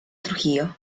trujillo